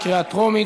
בקריאה טרומית.